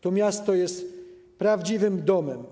To miasto jest prawdziwym domem.